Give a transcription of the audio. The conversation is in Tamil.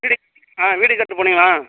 வீடு ஆ வீடு கட்டிட்டுப் போனீங்களா